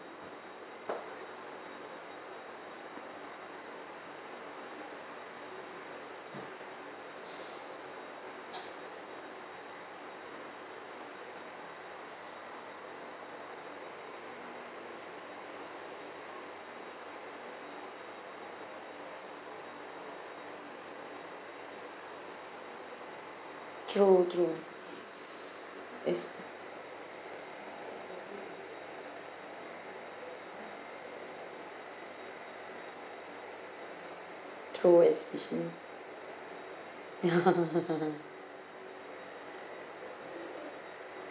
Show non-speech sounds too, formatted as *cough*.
true true is true especially *laughs*